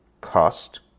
Cost